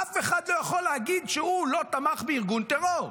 אף אחד לא יכול להגיד שהוא לא תמך בארגון טרור.